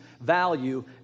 value